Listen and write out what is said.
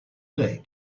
date